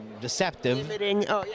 deceptive